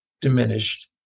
diminished